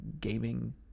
gaming